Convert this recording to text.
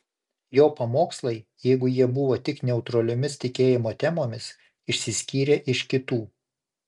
jo pamokslai jeigu jie buvo tik neutraliomis tikėjimo temomis išsiskyrė iš kitų